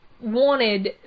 wanted